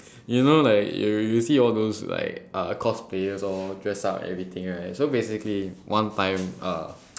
you know like you you see all those like uh cosplayers all dress up and everything right so basically one time uh